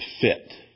fit